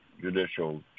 judicial